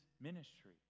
ministry